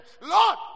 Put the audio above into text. Lord